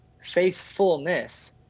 Faithfulness